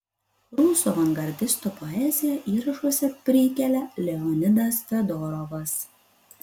rusų avangardistų poeziją įrašuose prikelia leonidas fedorovas